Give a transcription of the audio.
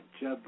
Jeb